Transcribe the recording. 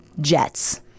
jets